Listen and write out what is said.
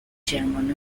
chairman